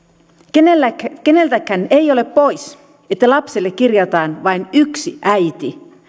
keneltäkään keneltäkään ei ole pois että lapselle kirjataan vain yksi äiti